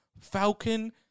Falcon